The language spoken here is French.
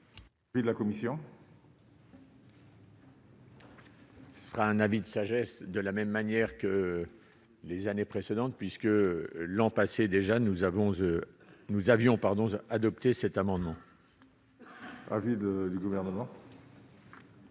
Et de la Commission. Ce sera un avis de sagesse de la même manière que les années précédentes, puisque l'an passé déjà, nous avons, nous avions pardon adopté cet amendement. Avis de du gouvernement.